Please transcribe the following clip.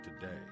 today